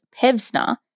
Pevsner